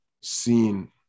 seen